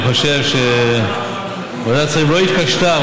אני חושב שוועדת שרים לענייני חקיקה לא התקשתה,